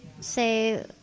say